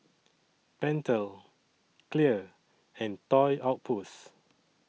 Pentel Clear and Toy Outpost